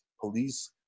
police